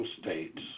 states